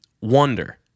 wonder